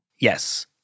Yes